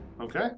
Okay